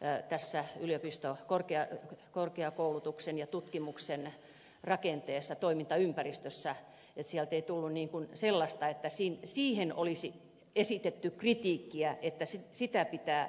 rakenteeseen yliopisto ja korkeakoulutuksen ja tutkimuksen rakenteeseen toimintaympäristössä etsiä tietooni on sellaista esiin siihen olisi esitetty kritiikkiä että sitä pitää muuttaa